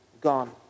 gone